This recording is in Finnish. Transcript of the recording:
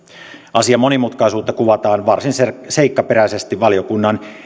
asian monimutkaisuutta kuvataan varsin seikkaperäisesti valiokunnan